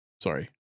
Sorry